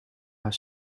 haar